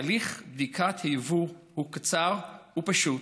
הליך בדיקת היבוא הוא קצר ופשוט,